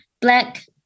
black